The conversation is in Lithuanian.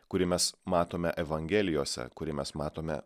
kurį mes matome evangelijose kurį mes matome